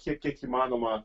kiek kiek įmanoma